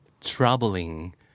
troubling